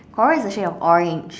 coral is a shade of orange